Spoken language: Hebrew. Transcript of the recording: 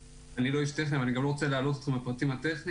אני לא איש טכני ואני גם לא רוצה להלאות אתכם בפרטים הטכניים,